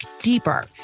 deeper